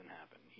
happen